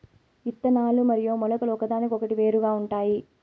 ఇత్తనాలు మరియు మొలకలు ఒకదానికొకటి వేరుగా ఉంటాయి